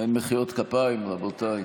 אין מחיאות כפיים, רבותיי.